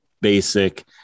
basic